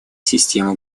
системы